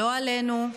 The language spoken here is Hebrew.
לא עלינו,